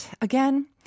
again